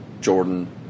Jordan